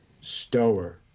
stower